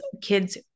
kids